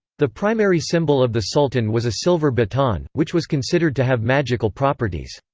the primary symbol of the sultan was a silver baton, which was considered to have magical properties.